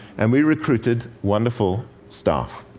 and we recruited wonderful staff,